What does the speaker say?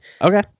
okay